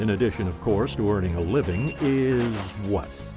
and addition of course to earning a living, is what?